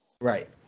Right